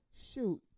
Shoot